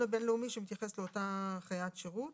הבין-לאומי שמתייחס לאותה חיית שירות.